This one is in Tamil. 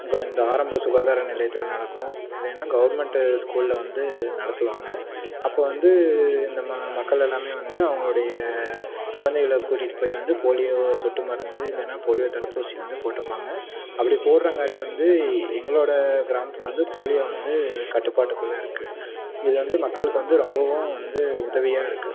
அப்புறம் இந்த ஆரம்ப சுகாதார நிலையத்தில் நடக்கும் இல்லைன்னா கவர்மெண்ட்டு ஸ்கூலில் வந்து நடத்துவாங்க அப்போ வந்து இந்த ம மக்கள் எல்லாமே வந்து அவர்களுடைய குழந்தைகள கூட்டிகிட்டு போய் வந்து போலியோ சொட்டு மருந்து இல்லைன்னா போலியோ தடுப்பூசி வந்து போட்டுப்பாங்க அப்படி போடுறங்காட்டி வந்து எங்களோடய கிராமத்தில் வந்து போலியோ வந்து கட்டுப்பாட்டுக்குள்ளே இருக்கு இது வந்து மக்களுக்கு வந்து ரொம்பவும் வந்து உதவியாக இருக்குது